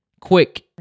quick